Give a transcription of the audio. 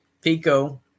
Pico